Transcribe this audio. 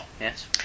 Yes